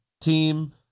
team